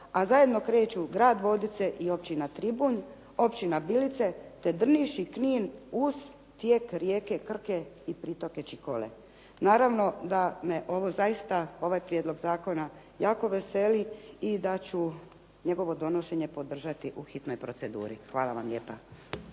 a zajedno kreću Grad Vodice i općina Tribunj, općina Bilice, te Drniš i Knin uz tijek Rijeke Krke i pritoke Čikole. Naravno da me ovo zaista, ovaj prijedlog zakona jako veseli i da ću njegovo donošenje podržati u hitnoj proceduri. Hvala vam lijepa.